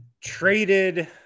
traded